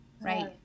right